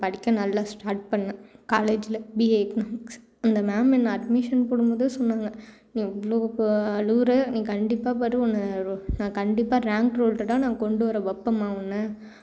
படிக்க நல்லா ஸ்டார்ட் பண்ணேன் காலேஜில் பிஏ எக்கனாமிக்ஸ் அந்த மேம் என்னை அட்மிஷன் போடும் போதே சொன்னாங்க நீ இவ்வளோ அழுவுற நீ கண்டிப்பாக பார் உன்னை நான் கண்டிப்பாக ரேங்க் ஹோல்டராக நான் கொண்டு வர வைப்பேன் மா உன்னை